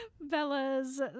Bella's